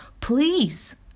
please